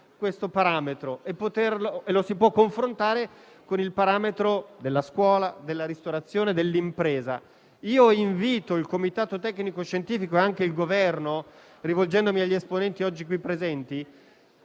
questo parametro e lo si può confrontare con quelli della scuola, della ristorazione e dell'impresa. Invito il Comitato tecnico-scientifico e il Governo, rivolgendomi agli esponenti oggi qui presenti,